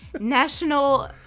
National